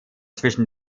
zwischen